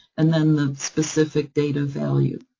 and then the specific data value.